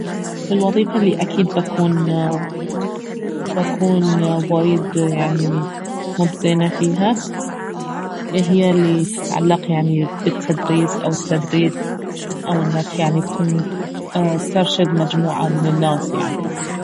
الوظيفة الي اكيد بكون بكون وايد يعني مب زينة فيها اهي الي تتعلق يعني بالتدريس او التدريب او انك يعني تكون ترشد مجموعة من الناس يعني